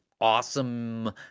awesome